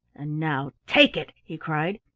and now take it! he cried.